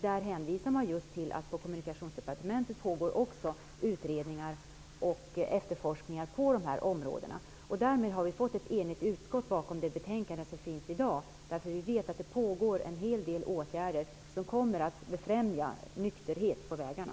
Man hänvisar till att det på Kommunikationsdepartementet också pågår utredningar och efterforskningar på de här områdena. Därmed har vi fått ett enigt utskott bakom det betänkande som föreligger i dag. Vi vet att det genomförs en hel del åtgärder som kommer att befrämja nykterhet på vägarna.